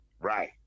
Right